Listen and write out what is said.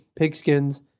pigskins